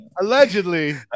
Allegedly